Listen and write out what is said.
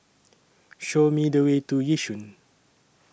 Show Me The Way to Yishun